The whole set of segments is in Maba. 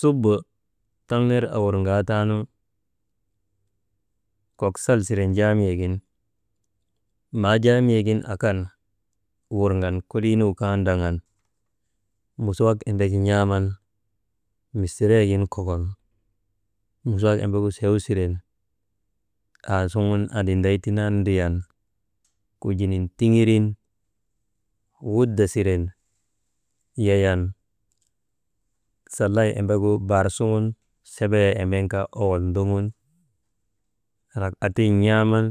Subu taŋ ner awurgaataanu kok sal siren jaamiyegin, maa jaamiyegin akan wurgan kolii nugu kaa ndraŋan musuwak embegu n̰aaman, misteregin kokon, musuwak embegu sew siren, aasugun andinday tindaanu ndriyan kujinin tigirin, wuda siren, yayan sallay embegu baar sugun sebeyee ebeen kaa owol ndoŋon, rakaten n̰aaman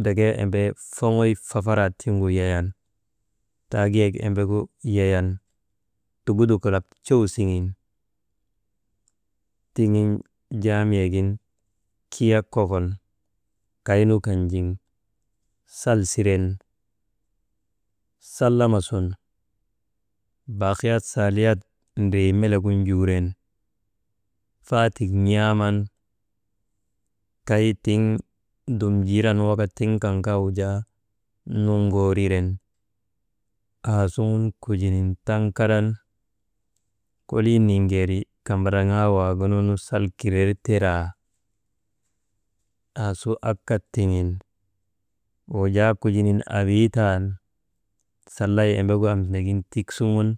ndrekee embee foŋoy fafaraa tiŋgu yayan, taagiyegu embegu yayan tugudok kalak cow siŋen, tiŋin jaamiyegin kiya kokon kaynu kan jiŋ salsiren sallama sun baakiyat saaliyat ndrii melegu juuren, faatek n̰aaman, kay tiŋ jiiran waka tiŋ kan kaa wujaa nuŋgooriren, aasuŋun kujinin taŋ karan kolin niŋgeeri kambadraŋaa waagununu sal kirer teraa aasu akkat tiŋen, wujaa kujinin abiitan sallay embegu amtindagin tik suŋun.